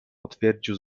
potwierdził